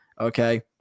Okay